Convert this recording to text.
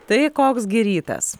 tai koks gi rytas